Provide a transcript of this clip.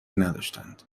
نداشتند